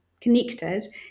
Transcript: connected